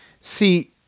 See